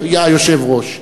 היושב-ראש,